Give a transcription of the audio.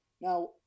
Now